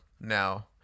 now